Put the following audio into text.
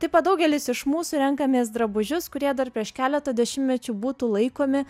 taip pat daugelis iš mūsų renkamės drabužius kurie dar prieš keletą dešimtmečių būtų laikomi